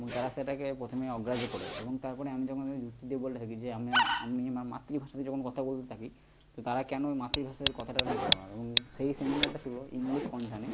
এবং তারা সেটাকে প্রথমে অগ্রাহ্য করে এবং তার পরে আমি যখন তাদের যুক্তি দিয়ে বলতে থাকি যে আমি আপনি আমার মাতৃভাষাতে যখন কথা বলতে থাকি তো তারা কেন ওই মাতৃভাষার কথাটা নিতে পারবে না এবং সেই সেমিনারটা ছিল ইংলিশ কর্নসানে